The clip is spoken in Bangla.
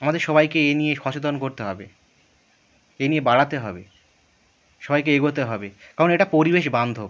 আমাদের সবাইকে এই নিয়ে সচেতন করতে হবে এই নিয়ে বাড়াতে হবে সবাইকে এগোতে হবে কারণ এটা পরিবেশবান্ধব